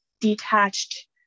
detached